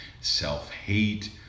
self-hate